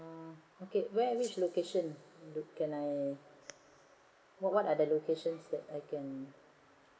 ah okay where which location can I what what are the locations that I can